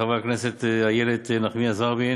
חברת הכנסת איילת נחמיאס ורבין,